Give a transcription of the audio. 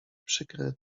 przykre